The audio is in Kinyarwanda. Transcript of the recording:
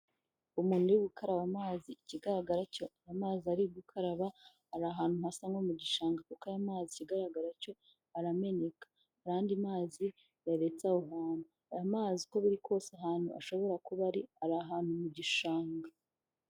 Umuntu uri gukaraba amazi, ikigaragara cyo amazi ari gukaraba ari ahantu hasa nko mu gishanga kuko ayo mazi ikigaragara cyo arameneka, hari andi mazi yaretse aho hantu, aya mazi uko biri kose ahantu ashobora kuba ari, ari ahantu mu gishanga.